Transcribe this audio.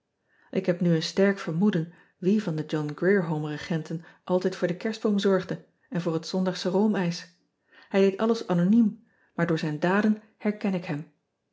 k heb nu een sterk vermoeden wie van de ohn rier ome regenten altijd voor den erstboom zorgde en voor het ondagsche roomijs ij deed alles anoniem maar door ean ebster adertje angbeen zijn daden herken ik hem